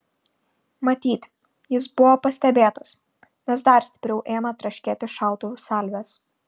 matyt jis buvo pastebėtas nes dar stipriau ėmė traškėti šautuvų salvės